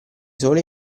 sole